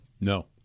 No